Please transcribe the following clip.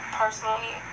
personally